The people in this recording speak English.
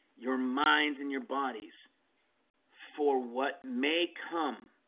your minds and your bodies for what may come?